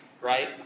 right